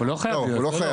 לא, הוא לא חייב להיות.